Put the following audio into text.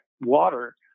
water